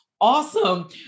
awesome